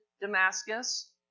Damascus